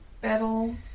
battle